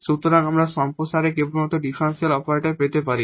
সুতরাং আমরা সম্প্রসারণে কেবলমাত্র ডিফারেনশিয়াল অপারেটরটি পেতে পারি